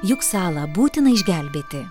juk salą būtina išgelbėti